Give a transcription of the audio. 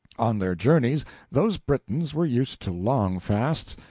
on their journeys those britons were used to long fasts,